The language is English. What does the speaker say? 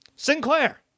Sinclair